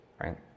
right